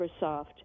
Microsoft